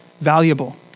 valuable